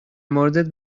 موردت